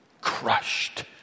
Crushed